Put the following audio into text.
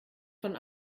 von